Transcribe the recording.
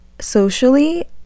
socially